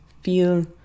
feel